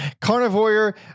carnivore